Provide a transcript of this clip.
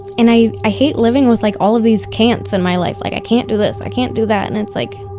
and i. i hate living with, like, all of these can'ts and my life like, i can't do this. i can't do that. and it's like,